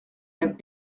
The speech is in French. même